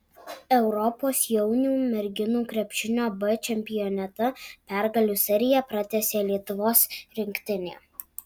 europos jaunių merginų krepšinio b čempionate pergalių seriją pratęsė lietuvos rinktinė